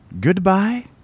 Goodbye